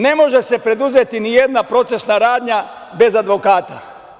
Ne može se preduzeti nijedna procesna radnja bez advokata.